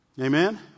Amen